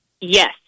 Yes